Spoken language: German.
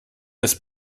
das